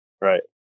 Right